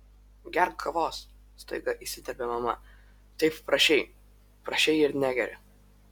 gerk kavos staiga įsiterpė mama taip prašei prašei ir negeri